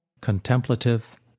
contemplative